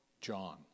John